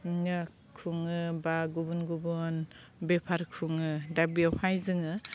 खुङो बा गुबुन गुबुन बेफार खुङो दा बेयावहाय जोङो